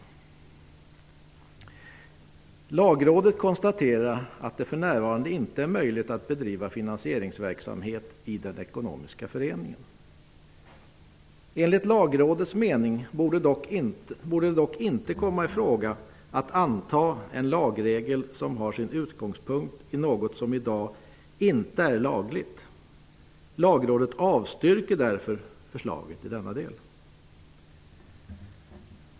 Lagrådet konstaterade att det för närvarande inte är möjligt att bedriva finansieringsverksamhet i den ekonomiska föreningen. Enligt Lagrådets mening borde det dock inte komma i fråga att anta en lagregel som har sin utgångspunkt i något som i dag inte är lagligt. Lagrådet avstyrker därför förslaget i denna del.